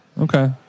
Okay